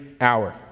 hour